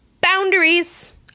Boundaries